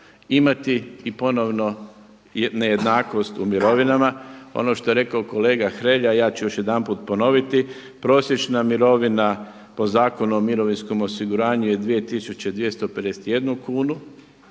imati i ponovno nejednakost u mirovinama. Ono što je rekao kolega Hrelja ja ću još jedanput ponoviti prosječna mirovina po Zakonu o mirovinskom osiguranju je 2251 kunu